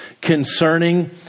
concerning